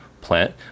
plant